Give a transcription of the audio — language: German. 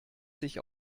sich